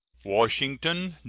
washington,